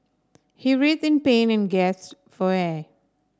he writhed in pain and gasped for air